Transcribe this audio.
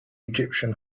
egyptian